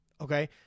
Okay